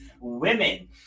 women